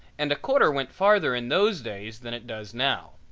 and a quarter went farther in those days than it does now.